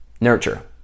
Nurture